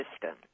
system